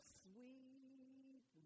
sweet